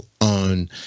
on